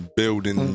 building